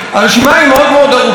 הרשימה היא מאוד מאוד ארוכה,